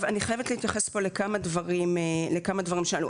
אני חייבת להתייחס לכמה דברים שעלו.